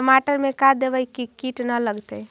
टमाटर में का देबै कि किट न लगतै?